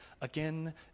again